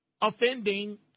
offending